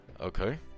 okay